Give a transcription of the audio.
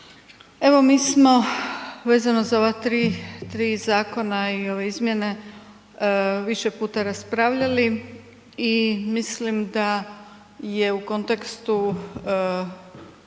Evo, mi smo vezano za ova 3 zakona i ove izmjene više puta raspravljali i mislim da je u kontekstu